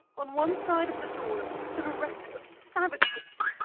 on one side of the door stood a rack of savage whips,